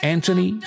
Anthony